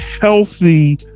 healthy